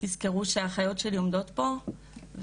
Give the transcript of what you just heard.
תזכרו שהאחיות שלי עומדות פה.